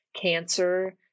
cancer